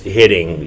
hitting